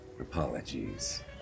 Apologies